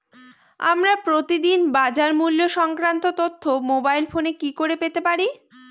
আমরা প্রতিদিন বাজার মূল্য সংক্রান্ত তথ্য মোবাইল ফোনে কি করে পেতে পারি?